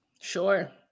Sure